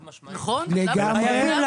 לגמרי.